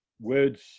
words